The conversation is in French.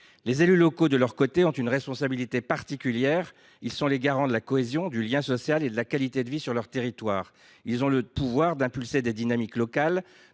les élus locaux ont une responsabilité particulière. Ils sont les garants de la cohésion, du lien social et de la qualité de vie dans leur territoire. Ils ont le pouvoir d’impulser des dynamiques locales